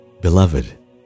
beloved